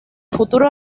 futuro